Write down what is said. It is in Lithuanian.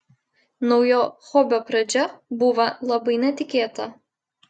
naujo hobio pradžia būva labai netikėta